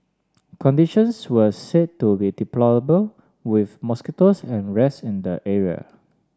conditions were said to be deplorable with mosquitoes and rats in the area